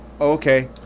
okay